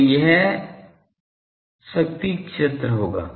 तो यह शक्ति क्षेत्र होगा